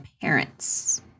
parents